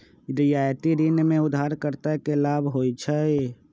रियायती ऋण में उधारकर्ता के लाभ होइ छइ